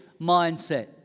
mindset